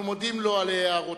אנחנו מודים לו על הערותיו,